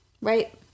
Right